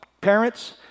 Parents